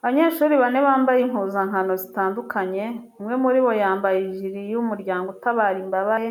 Abanyeshuri bane bambaye impuzankano zitandukanye, umwe muri bo yambaye ijire y'umuryango utabara imbabare